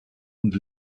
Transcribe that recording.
und